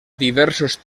diversos